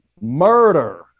murder